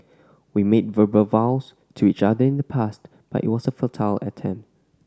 we made verbal vows to each other in the past but it was a futile attempt